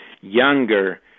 younger